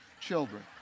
children